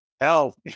hell